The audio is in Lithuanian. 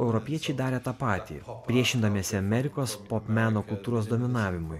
europiečiai darė tą patį priešindamiesi amerikos meno kultūros dominavimui